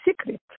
secret